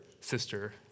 sister